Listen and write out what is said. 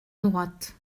droite